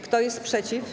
Kto jest przeciw?